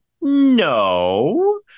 no